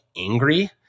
angry